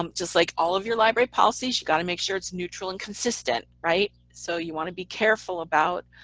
um just like all of your library policies, you got to make sure it's neutral and consistent, right. so you want to be careful about